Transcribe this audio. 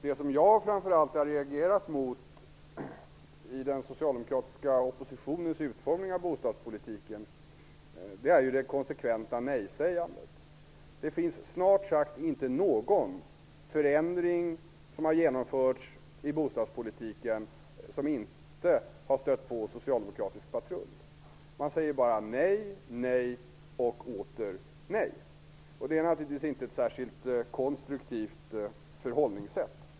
Det som jag framför allt har reagerat mot i den socialdemokratiska oppositionens bostadspolitik är det konsekventa nejsägandet. Snart sagt varenda förändring som har genomförts i bostadspolitiken har från socialdemokratiskt håll stött på patrull. Socialdemokraterna säger bara nej och åter nej. Det är inte ett särskilt konstruktivt förhållningssätt.